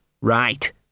right